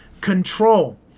control